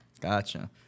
Gotcha